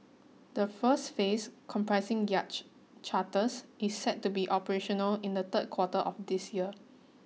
the first phase comprising yacht charters is set to be operational in the third quarter of this year